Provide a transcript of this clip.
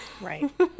Right